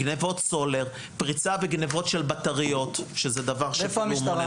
גניבות סולר, פריצה וגניבות של בטריות, כבלים.